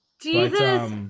Jesus